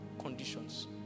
conditions